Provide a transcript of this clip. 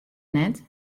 net